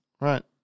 Right